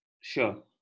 Sure